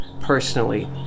personally